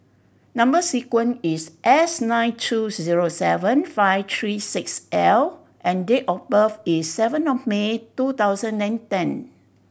number sequence is S nine two zero seven five three six L and date of birth is seven of May two thousand and ten